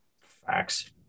Facts